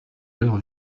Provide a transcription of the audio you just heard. leurs